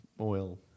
oil